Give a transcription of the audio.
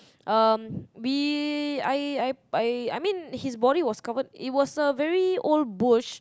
um we I I I I mean his body was covered it was a very old bush